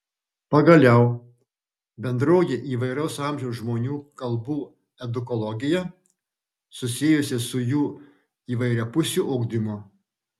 pagaliau bendroji įvairaus amžiaus žmonių kalbų edukologija susijusi su jų įvairiapusiu ugdymu